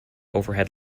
overhead